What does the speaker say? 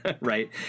right